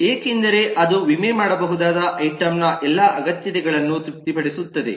ಏಕೆಂದರೆ ಅದು ವಿಮೆ ಮಾಡಬಹುದಾದ ಐಟಂ ನ ಎಲ್ಲಾ ಅಗತ್ಯತೆಗಳನ್ನು ತೃಪ್ತಿಪಡಿಸುತ್ತದೆ